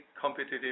competitive